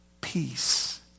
peace